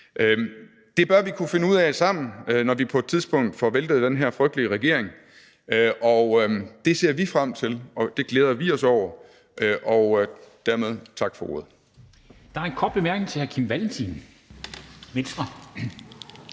Det bør vi kunne finde ud af sammen, når vi på et tidspunkt får væltet den her frygtelige regering, og det ser vi frem til, det glæder vi os over, og dermed tak for ordet.